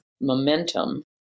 momentum